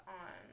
on